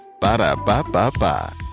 Ba-da-ba-ba-ba